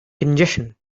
congestion